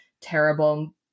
terrible